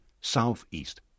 south-east